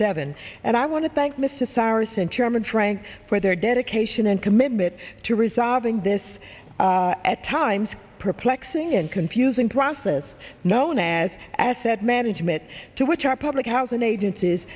seven and i want to thank mr cyrus and chairman frank for their dedication and commitment to resolving this at times perplexing and confusing process known as asset management to which our public housing agencies